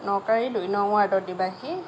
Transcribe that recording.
নকাৰি দুই নং ৱাৰ্ডত দিবাহি